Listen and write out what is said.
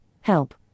Help